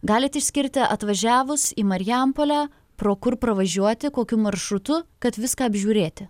galit išskirti atvažiavus į marijampolę pro kur pravažiuoti kokiu maršrutu kad viską apžiūrėti